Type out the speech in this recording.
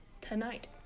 Tonight